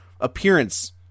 appearance